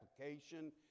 application